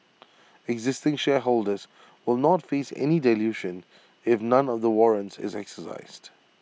existing shareholders will not face any dilution if none of the warrants is exercised